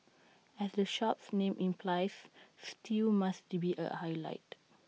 as the shop's name implies stew must be A highlight